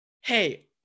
Hey